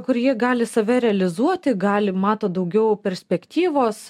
kur jie gali save realizuoti gali mato daugiau perspektyvos